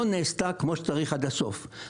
לא נעשתה עד הסוף כמו שצריך.